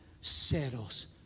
settles